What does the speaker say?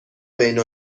بین